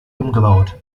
umgebaut